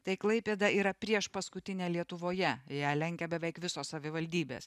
tai klaipėda yra priešpaskutinė lietuvoje ją lenkia beveik visos savivaldybės